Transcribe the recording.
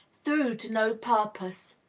through to no purpose.